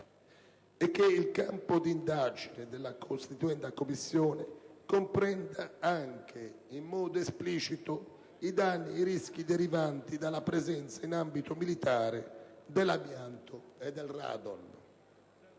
è che il campo di indagine della costituenda Commissione comprenda anche, in modo esplicito, i danni e i rischi derivanti dalla presenza in ambito militare dell'amianto e del radon.